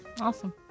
Awesome